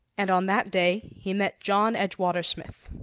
and on that day he met john edgewater smith.